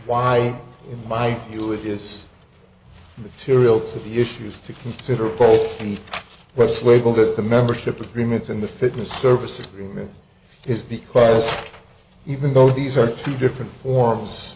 why in my view it is material to the issues to consider a poll that's labeled as the membership agreements in the fitness services agreement is because even though these are two different forms